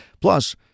Plus